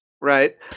Right